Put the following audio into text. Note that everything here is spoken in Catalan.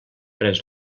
pres